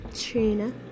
Trina